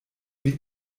wie